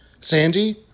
Sandy